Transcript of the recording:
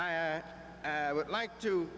i would like to